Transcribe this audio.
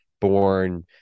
born